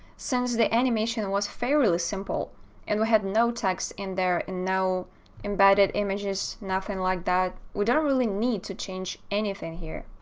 since the animation was fairly simple and we had no text in there and no embedded images, nothing like that. we don't really need to change anything here,